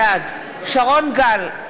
בעד שרון גל,